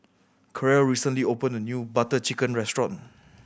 Karel recently opened a new Butter Chicken restaurant